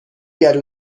گلو